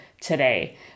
today